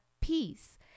peace